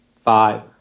five